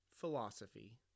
philosophy